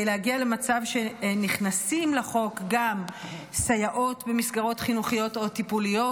להגיע למצב שנכנסות לחוק גם סייעות במסגרות חינוכיות או טיפוליות,